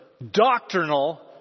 Doctrinal